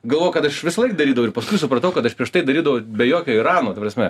galvojau kad aš visąlaik darydavau ir paskui supratau kad aš prieš tai darydavau be jokio airano ta prasme